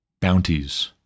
bounties